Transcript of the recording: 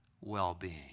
well-being